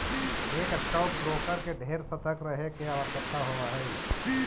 एक stock broker के ढेर सतर्क रहे के आवश्यकता होब हई